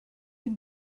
and